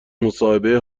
مصاحبه